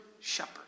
shepherd